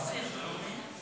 סעיפים 1 13 נתקבלו.